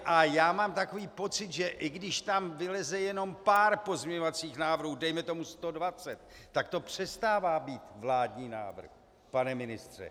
A mám takový pocit, i když tam vyleze jenom pár pozměňovacích návrhů, dejme tomu 120, tak to přestává být vládní návrh, pane ministře.